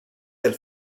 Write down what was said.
del